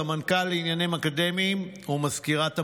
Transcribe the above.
סמנכ"ל לענייני אקדמיים ומזכירת המל"ג.